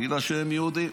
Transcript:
בגלל שהם יהודים.